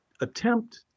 attempt